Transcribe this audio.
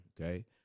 okay